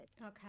Okay